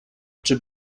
czy